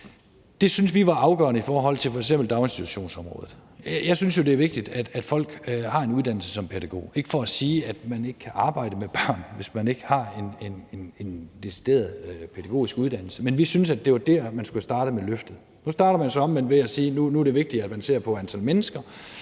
Det syntes vi var afgørende i forhold til f.eks. daginstitutionsområdet. Jeg synes jo, det er vigtigt, at folk har en uddannelse som pædagog, ikke for at sige, at man ikke kan arbejde med børn, hvis ikke man har en decideret pædagogisk uddannelse, men vi syntes, at det var der, man skulle starte med løftet. Nu starter man så omvendt ved at sige, at det er vigtigere, at man ser på antal mennesker